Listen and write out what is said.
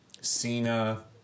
Cena